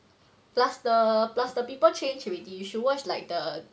plus the plus the people change already you should watch like the